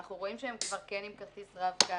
אנחנו רואים שהם כבר כן עם כרטיס רב קו,